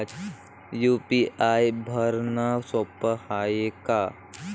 UPI भरनं सोप हाय का?